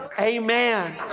Amen